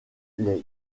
les